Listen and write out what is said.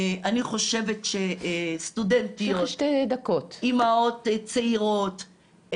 אני חושבת שסטודנטיות, אימהות צעירות,